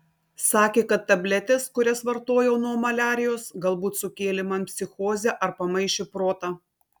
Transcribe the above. sakė kad tabletės kurias vartojau nuo maliarijos galbūt sukėlė man psichozę ar pamaišė protą